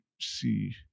see